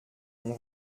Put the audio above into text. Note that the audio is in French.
mon